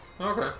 Okay